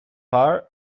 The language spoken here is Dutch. haar